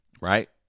right